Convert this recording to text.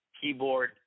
keyboard